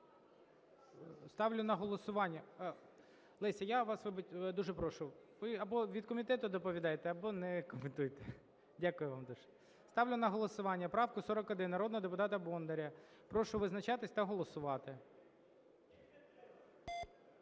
Ставлю на голосування… Леся, я вас дуже прошу: ви або від комітету доповідайте, або не коментуйте. Дякую вам дуже. Ставлю на голосування правку 41 народного депутата Бондаря. Прошу визначатись та голосувати.